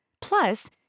Plus